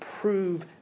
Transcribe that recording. prove